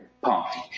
party